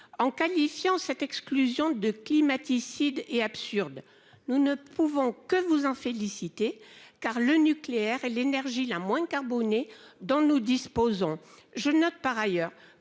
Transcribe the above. en qualifiant cette exclusion de « climaticide » et d'absurde. Nous ne pouvons que vous en féliciter, car le nucléaire est l'énergie la moins carbonée dont nous disposons. Je note par ailleurs